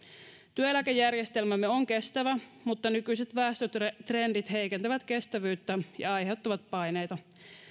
työeläkejärjestelmämme on kestävä mutta nykyiset väestötrendit heikentävät kestävyyttä ja aiheuttavat paineita